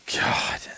God